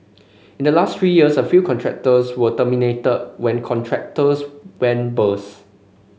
in the last three years a few contracts were terminated when contractors went bust